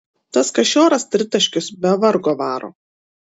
tas kašioras tritaškius be vargo varo